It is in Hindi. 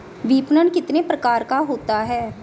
विपणन कितने प्रकार का होता है?